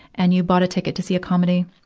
and you bought a ticket to see a comedy.